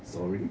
sorry